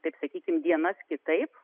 taip sakykim dienas kitaip